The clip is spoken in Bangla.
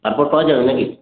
তারপর পাওয়া যাবে নাকি